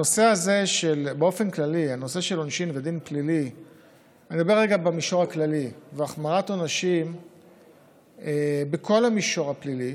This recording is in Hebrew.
הנושא הזה של עונשין בדין הפלילי והחמרת עונשים בכל המישור הפלילי,